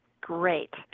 Great